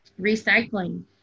Recycling